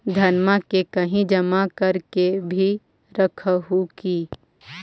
धनमा के कहिं जमा कर के भी रख हू की?